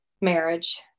marriage